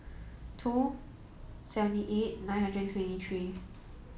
two seventy eight nine hundred twenty three